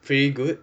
pretty good